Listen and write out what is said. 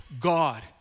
God